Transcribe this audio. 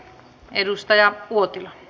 arvoisa puhemies